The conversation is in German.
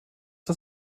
das